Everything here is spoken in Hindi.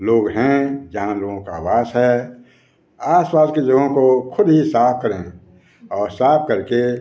लोग हैं जहाँ लोगों का वास है आस पास की जगहों को खुद ही साफ करें और साफ करके